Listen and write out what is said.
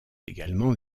également